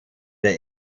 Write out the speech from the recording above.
der